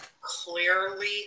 clearly